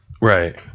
Right